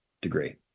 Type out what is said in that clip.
degree